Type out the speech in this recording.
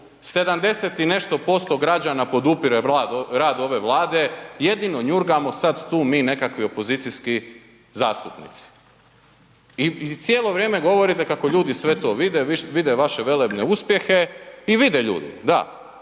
70 i nešto posto građana podupire rad ove Vlade, jedino njurgamo sada tu mi nekakvi opozicijski zastupnici. I cijelo vrijeme govorite kako ljudi sve to vide, vide vaše velebne uspjehe. I vide ljudi, da,